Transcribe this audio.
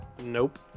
Nope